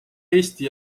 eesti